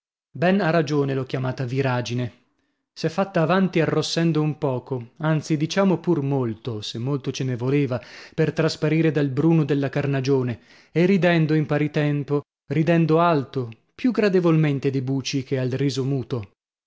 ben a ragione l'ho chiamata viragine s'è fatta avanti arrossendo un poco anzi diciamo pur molto se molto ce ne voleva per trasparire dal bruno della carnagione e ridendo in pari tempo ridendo alto più gradevolmente di buci che ha il riso muto